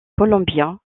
columbia